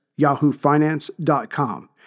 YahooFinance.com